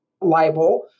libel